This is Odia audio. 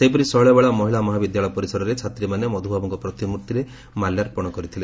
ସେହିପରି ଶୈଳବାଳା ମହିଳା ମହାବିଦ୍ୟାଳୟ ପରିସରରେ ଛାତ୍ରୀମାନେ ମଧୁବାବୁଙ୍କ ପ୍ରତିମୂର୍ଭିରେ ମାଲ୍ୟାର୍ପଣ କରିଥିଲେ